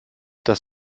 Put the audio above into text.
das